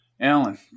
Alan